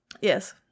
Yes